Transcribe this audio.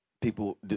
people